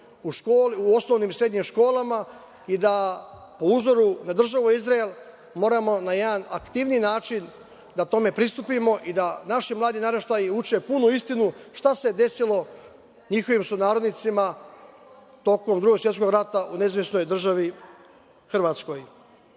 u osnovnim i srednjim školama i da po uzoru na državu Izrael moramo na jedan aktivniji način da tome pristupimo i da naši mladi naraštaji uče punu istinu šta se desilo njihovim sunarodnicima tokom Drugog svetskog rata u NDH.Nažalost,